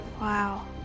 Wow